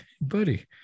Buddy